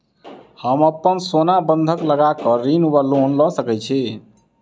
हम अप्पन सोना बंधक लगा कऽ ऋण वा लोन लऽ सकै छी?